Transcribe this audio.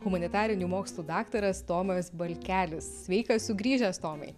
humanitarinių mokslų daktaras tomas balkelis sveikas sugrįžęs tomai